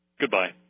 Goodbye